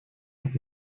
und